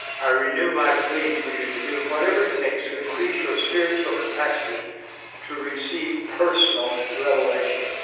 i renew my plea for you to do whatever it takes to increase your spiritual capacity to receive personal revelation.